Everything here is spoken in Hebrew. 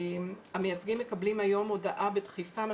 המייצגים מקבלים היום הודעה בדחיפה על